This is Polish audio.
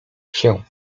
się